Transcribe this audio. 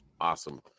Awesome